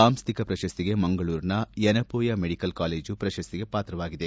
ಸಾಂಸ್ಟಿಕ ಪ್ರಶಸ್ತಿಗೆ ಮಂಗಳೂರಿನ ಯನಮೋಯ ಮೆಡಿಕಲ್ ಕಾಲೇಜು ಪ್ರಶಸ್ತಿಗೆ ಪಾತ್ರವಾಗಿದೆ